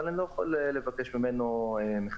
אבל אני לא יכול לבקש ממנו מחירים.